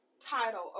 title